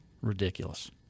ridiculous